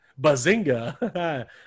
Bazinga